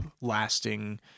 lasting